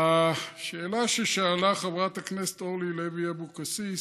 השאלה ששאלה חברת הכנסת אורלי לוי אבקסיס,